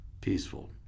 peaceful